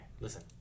Listen